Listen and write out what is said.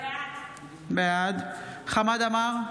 בעד חמד עמאר,